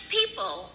people